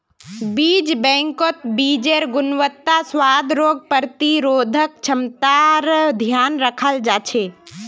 बीज बैंकत बीजेर् गुणवत्ता, स्वाद, रोग प्रतिरोधक क्षमतार ध्यान रखाल जा छे